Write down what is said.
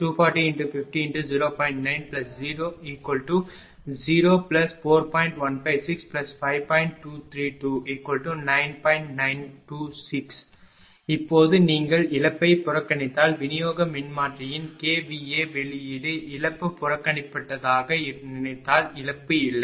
389 kVAr இப்போது நீங்கள் இழப்பைப் புறக்கணித்தால் விநியோக மின்மாற்றியின் kVA வெளியீடு இழப்பு புறக்கணிக்கப்பட்டதாக நினைத்தால் இழப்பு இல்லை